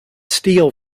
steal